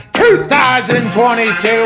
2022